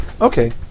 Okay